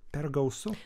per gausu